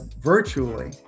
virtually